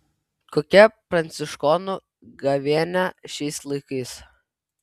kokia pranciškonų gavėnia šiais laikais